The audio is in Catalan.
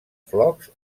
flocs